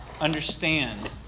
understand